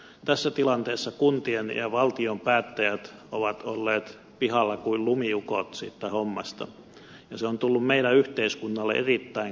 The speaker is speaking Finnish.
tässä tilanteessa kuntien ja valtion päättäjät ovat olleet pihalla kuin lumiukot siitä hommasta ja se on tullut meidän yhteiskunnallemme erittäin kalliiksi